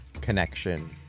connection